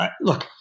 look